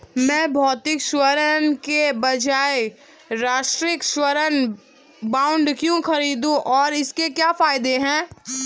मैं भौतिक स्वर्ण के बजाय राष्ट्रिक स्वर्ण बॉन्ड क्यों खरीदूं और इसके क्या फायदे हैं?